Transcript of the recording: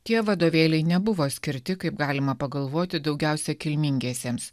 tie vadovėliai nebuvo skirti kaip galima pagalvoti daugiausia kilmingiesiems